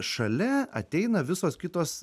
šalia ateina visos kitos